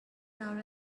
nor